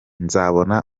nzabona